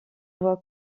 voit